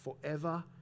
forever